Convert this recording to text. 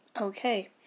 Okay